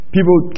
People